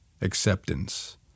acceptance